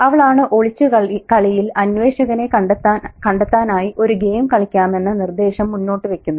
അവളാണ് ഒളിച്ചുകളിയിൽ അന്വേഷകനെ കണ്ടെത്താനായി ഒരു ഗെയിം കളിക്കാമെന്ന നിർദേശം മുന്നോട്ടു വെക്കുന്നത്